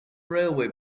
railway